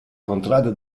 contrada